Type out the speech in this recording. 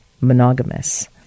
monogamous